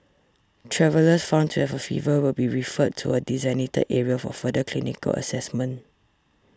travellers found to have a fever will be referred to a designated area for further clinical assessment